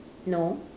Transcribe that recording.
no